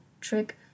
trick